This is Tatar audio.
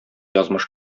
язмыш